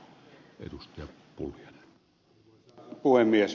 arvoisa puhemies